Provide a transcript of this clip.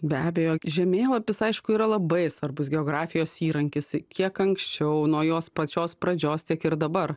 be abejo žemėlapis aišku yra labai svarbus geografijos įrankis i kiek anksčiau nuo jos pačios pradžios tiek ir dabar